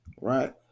Right